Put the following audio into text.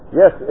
yes